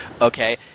Okay